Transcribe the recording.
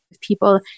people